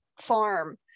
farm